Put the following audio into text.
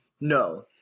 No